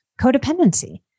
codependency